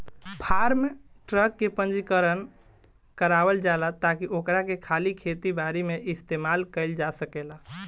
form truck के पंजीकरण करावल जाला ताकि ओकरा के खाली खेती बारी में इस्तेमाल कईल जा सकेला